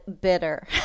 bitter